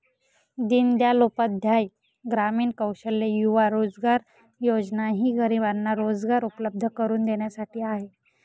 दीनदयाल उपाध्याय ग्रामीण कौशल्य युवा रोजगार योजना ही गरिबांना रोजगार उपलब्ध करून देण्यासाठी आहे